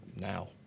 now